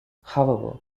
however